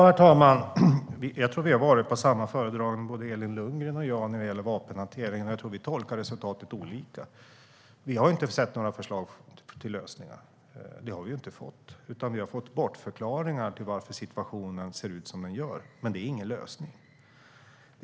Herr talman! Jag tror att både Elin Lundgren och jag har varit på samma föredragning när det gäller vapenhantering men att vi tolkar resultatet olika. Vi har inte sett några förslag till lösningar. Det vi har fått är bortförklaringar om varför situationen ser ut som den gör, men det är ingen lösning.